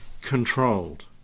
controlled